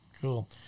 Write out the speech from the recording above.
Cool